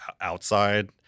outside